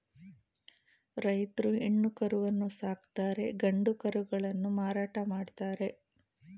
ರೈತ್ರು ಹೆಣ್ಣು ಕರುವನ್ನು ಸಾಕುತ್ತಾರೆ ಗಂಡು ಕರುಗಳನ್ನು ಮಾರಾಟ ಮಾಡ್ತರೆ